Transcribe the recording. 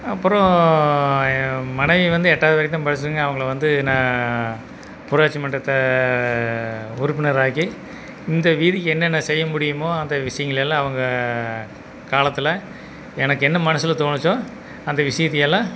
அப்பறம் என் மனைவி வந்து எட்டாவது வரைக்கும் தான் அவங்கள வந்து நான் ஊராட்சி மன்றம் உறுப்பினராக்கி இந்த வீதிக்கு என்னென்ன செய்ய முடியுமோ அந்த விஷயங்களை எல்லாம் அவங்க காலத்தில் எனக்கு என்ன மனசில் தோணுச்சோ அந்த விஷயத்தை எல்லாம்